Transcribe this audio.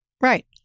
Right